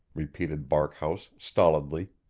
repeated barkhouse stolidly.